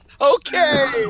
Okay